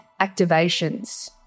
activations